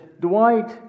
Dwight